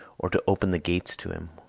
or to open the gates to him,